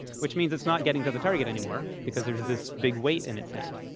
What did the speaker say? which means it's not getting to the target anymore, because there's this big weight in its hand.